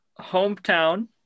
Hometown